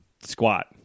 squat